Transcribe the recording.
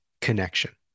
connection